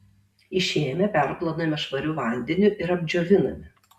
išėmę perplauname švariu vandeniu ir apdžioviname